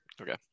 okay